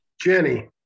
Jenny